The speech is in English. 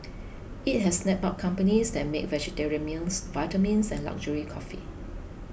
it has snapped up companies that make vegetarian meals vitamins and luxury coffee